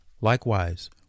Likewise